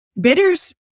bitters